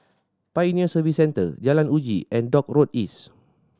Pioneer Service Centre Jalan Uji and Dock Road East